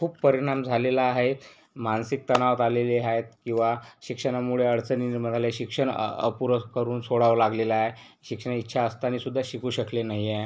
खूप परिणाम झालेला आहे मानसिक तणाव राहिलेले आहेत किंवा शिक्षणामुळे अडचणी निर्माण झाल्या शिक्षण अ अ अपुरं करून सोडावं लागलेलं आहे शिक्षण इच्छा असतानासुद्धा शिकू शकले नाही आहे